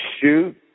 shoot